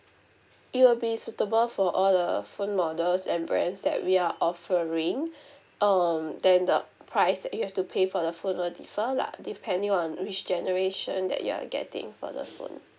it will be suitable for all the phone models and brands that we are offering um then the price that you have to pay for the phone will differ lah depending on which generation that you are getting for the phone